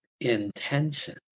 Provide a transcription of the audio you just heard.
intention